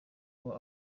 aba